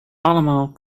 allemaal